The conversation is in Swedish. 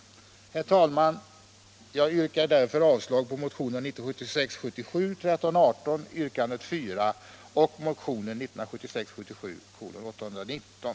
Herr talman! Jag yrkar avslag på yrkandet 4 i motionen 1318 och på motionen 819.